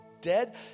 dead